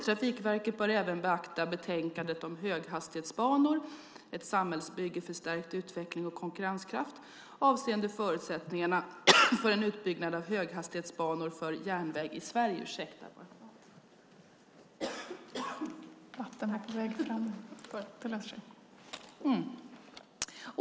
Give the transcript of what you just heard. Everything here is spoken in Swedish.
Trafikverket bör även beakta betänkandet om Höghastighetsbanor - ett samhällsbygge för stärkt utveckling och konkurrenskraft avseende förutsättningarna för en utbyggnad av höghastighetsbanor för järnväg i Sverige.